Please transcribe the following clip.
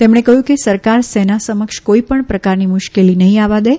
તેમણે કહયું કે સરકારસેના સમક્ષ કોઇ પણ પ્રકારની મુશ્કેલી નહી આવવા દે